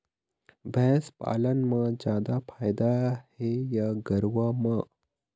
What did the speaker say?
भैंस पालन म जादा फायदा हे या गरवा म?